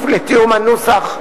אנחנו ים קטן,